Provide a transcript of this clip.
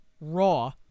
Raw